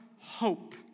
hope